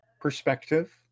perspective